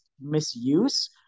misuse